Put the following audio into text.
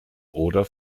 oder